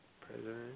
President